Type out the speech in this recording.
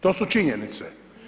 To su činjenice.